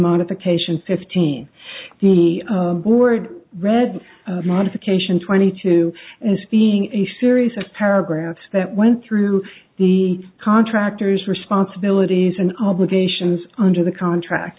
modification fifteen the board read modification twenty two being a series of paragraphs that went through the contractor's responsibilities and obligations under the contract